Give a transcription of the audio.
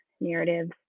narratives